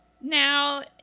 now